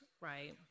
right